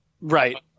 right